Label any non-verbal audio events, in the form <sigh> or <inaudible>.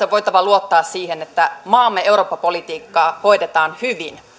<unintelligible> on voitava luottaa siihen että maamme eurooppa politiikkaa hoidetaan hyvin